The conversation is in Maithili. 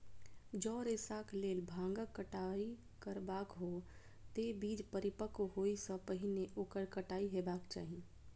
जौं रेशाक लेल भांगक कटाइ करबाक हो, ते बीज परिपक्व होइ सं पहिने ओकर कटाइ हेबाक चाही